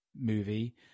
movie